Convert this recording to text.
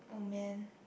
oh man